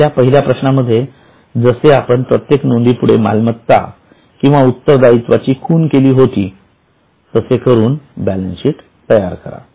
आपल्या पहिल्या प्रश्नांमध्ये जसे आपण प्रत्येक नोंदी पुढे मालमत्ता अथवा उत्तरदायित्वाची खूण केली होतो तसे करून बॅलन्सशीट तयार करा